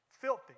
filthy